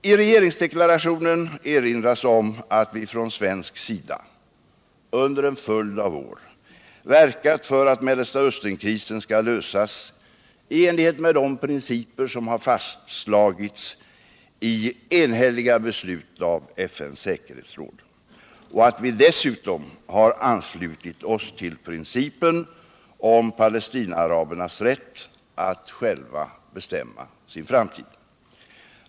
I regeringsdeklarationen erinras om att vi från svensk sida under en följd av år verkat för att Mellersta Östern-krisen skall lösas i enlighet med de principer som fastslagits i enhälliga beslut av FN:s säkerhetsråd och att vi dessutom har anslutit oss till principen om palestinaarabernas rätt att själva bestämma sin framtid.